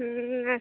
ଆଚ୍ଛା